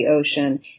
ocean